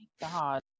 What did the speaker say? God